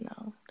no